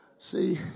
See